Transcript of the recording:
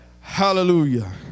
Hallelujah